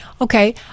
Okay